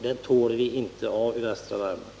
Det tål vi inte i västra Värmland.